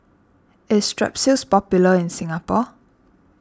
is Strepsils popular in Singapore